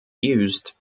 used